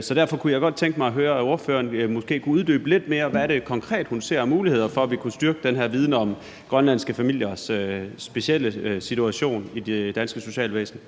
Så derfor kunne jeg godt tænke mig at høre, om ordføreren måske kunne uddybe lidt mere, hvad det konkret er, hun ser af muligheder for, at vi kunne styrke den her viden om grønlandske familiers specielle situation i det danske socialvæsen.